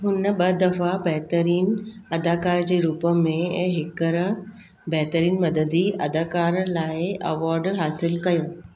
हुन ॿ दफ़ा बेहतरीन अदाकार जे रूप में ऐं हेकर बेहतरीन मददी अदाकार लाइ अवार्ड हासिल कयो